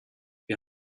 wir